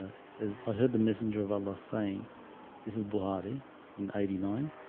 ah it says i heard the messenger of allah saying this is bloody in eighty nine